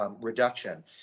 reduction